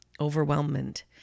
overwhelmment